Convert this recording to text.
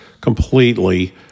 completely